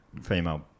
female